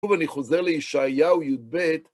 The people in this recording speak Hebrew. ושוב, אני חוזר לישעיהו, י״ב.